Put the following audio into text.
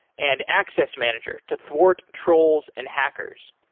and access manager to thwart trolls and hackers.